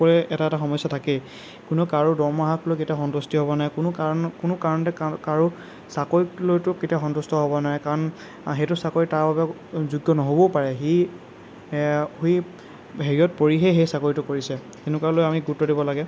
কৰে এটা এটা সমস্যা থাকেই কোনেও কাৰো দৰমহাক লৈ কেতিয়াও সন্তুষ্টি হ'ব নোৱাৰে কোনো কাৰণত কোনো কাৰণতে কাৰো কাৰো চাকৰিক লৈতো কেতিয়াও সন্তুষ্ট হ'ব নোৱাৰে কাৰণ সেইটো চাকৰি তাৰ বাবে যোগ্য নহ'বও পাৰে সি সি হেৰিত পৰিহে সেই চাকৰিটো কৰিছে সেনেকুৱাবিলাক আমি গুৰুত্ব দিব লাগে